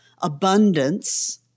abundance